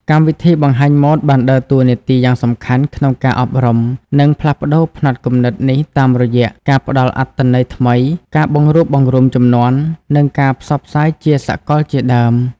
កម្មវិធីបង្ហាញម៉ូដបានដើរតួនាទីយ៉ាងសំខាន់ក្នុងការអប់រំ និងផ្លាស់ប្ដូរផ្នត់គំនិតនេះតាមរយៈ ការផ្តល់អត្ថន័យថ្មី ការបង្រួបបង្រួមជំនាន់ និងការផ្សព្វផ្សាយជាសកលជាដើម។